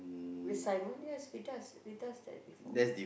with Simon yes we does we does that before